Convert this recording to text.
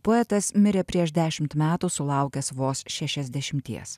poetas mirė prieš dešimt metų sulaukęs vos šešiasdešimties